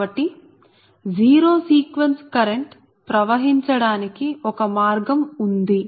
కాబట్టి zero sequence current ప్రవహించడానికి ఒక మార్గం ఉంది